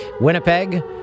Winnipeg